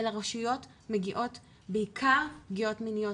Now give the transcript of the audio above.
אל הרשויות מגיעות בעיקר פגיעות מיניות